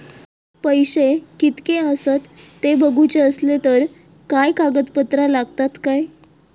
पैशे कीतके आसत ते बघुचे असले तर काय कागद पत्रा लागतात काय?